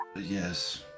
Yes